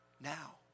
Now